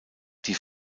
die